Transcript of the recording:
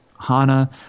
Hana